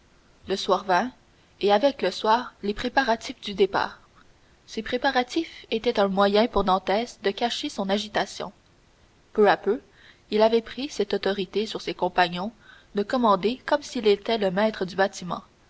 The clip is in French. le soir vint et avec le soir les préparatifs du départ ces préparatifs étaient un moyen pour dantès de cacher son agitation peu à peu il avait pris cette autorité sur ses compagnons de commander comme s'il était le maître du bâtiment